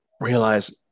realize